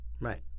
Right